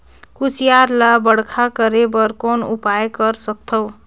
कुसियार ल बड़खा करे बर कौन उपाय कर सकथव?